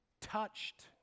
touched